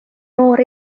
noor